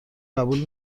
قبول